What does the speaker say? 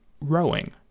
rowing